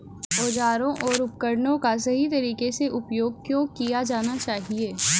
औजारों और उपकरणों का सही तरीके से उपयोग क्यों किया जाना चाहिए?